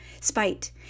spite